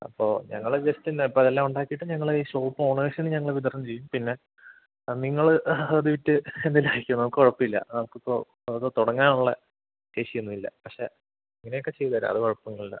അപ്പോൾ ഞങ്ങൾ ജസ്റ്റ് ഇന്ന് ഇപ്പം ഇതെല്ലാം ഉണ്ടാക്കിയിട്ട് ഞങ്ങൾ ഈ ഷോപ്പ് ഓണേഴ്സിന് ഞങ്ങൾ വിതരണം ചെയ്യും പിന്നെ ആ നിങ്ങൾ അത് വിറ്റ് എന്തെങ്കിലും ആയിക്കോ കുഴപ്പം ഇല്ല നമുക്ക് ഇപ്പം അത് തുടങ്ങാനുള്ള ശേഷി ഒന്നും ഇല്ല പക്ഷെ ഇങ്ങനെയൊക്ക ചെയ്തു തരാം അത് കുഴപ്പമൊന്നുമില്ല